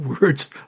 words